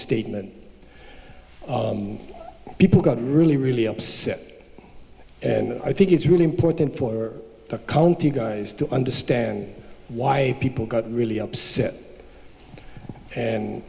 statement people got really really upset and i think it's really important for the county guys to understand why people got really upset and